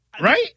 Right